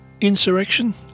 Insurrection